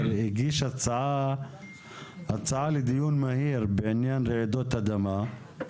הגיש הצעה לדיון מהיר בעניין רעידות אדמה,